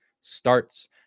starts